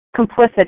complicit